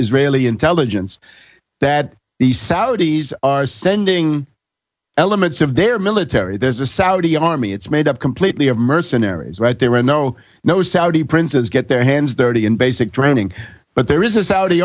israeli intelligence that the saudis are sending elements of their military there's a saudi army it's made up completely of mercenaries right there were no no saudi princes get their hands dirty in basic training but there is a sa